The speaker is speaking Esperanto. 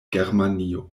germanio